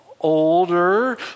older